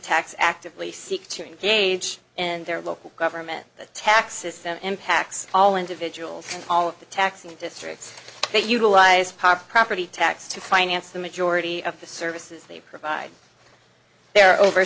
tax actively seek to engage in their local government the tax system impacts all individuals and all of the taxing districts that utilize pop property tax to finance the majority of the services they provide there are over